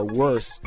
worse